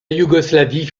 yougoslavie